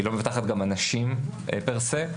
היא לא מבטחת גם אנשים פר סה.